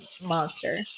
monster